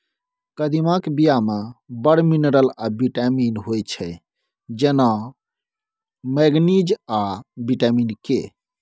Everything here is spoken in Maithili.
कदीमाक बीया मे बड़ मिनरल आ बिटामिन होइ छै जेना मैगनीज आ बिटामिन के